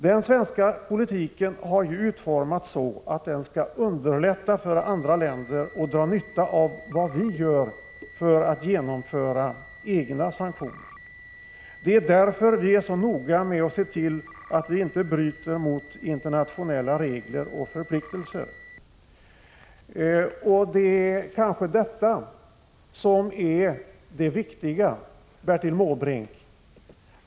Den svenska politiken har utformats så, att den skall underlätta för andra länder att dra nytta av vad vi gör för att genomföra egna sanktioner. Det är därför som vi är så noga med att se till att vi inte bryter mot internationella regler och förpliktelser. Det är kanske detta som är det viktiga, Bertil Måbrink.